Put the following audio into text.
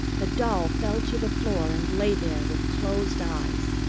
the doll fell to the floor and lay there with closed eyes.